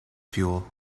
fuel